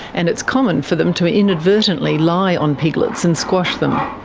and it's common for them to ah inadvertently lie on piglets and squash them.